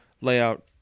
layout